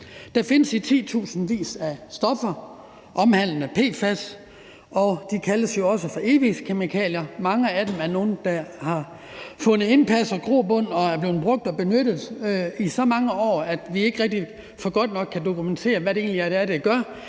PFAS findes i titusindvis af stoffer, og de kaldes jo også for evighedskemikalier. Mange af dem er nogle, der har vundet indpas og grobund og er blevet brugt og benyttet i så mange år, at vi ikke rigtig kan dokumentere, hvad det egentlig er, der gør,